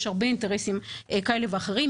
יש הרבה אינטרסים כאלה ואחרים,